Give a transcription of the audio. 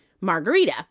margarita